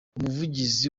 umuvugizi